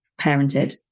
parented